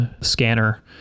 scanner